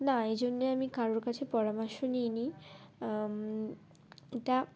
না এই জন্যে আমি কারোর কাছে পরামর্শ নিয়েই নি এটা